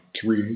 three